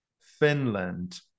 Finland